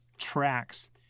tracks